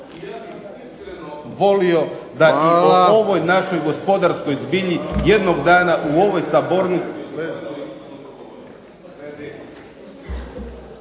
Ja bih iskreno volio da i po ovoj našoj gospodarskoj zbilji jednog dana u ovoj sabornici